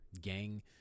gang